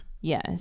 Yes